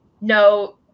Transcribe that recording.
No